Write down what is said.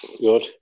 Good